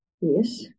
Yes